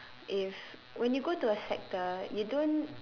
if when you go to a sector you don't